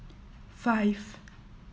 five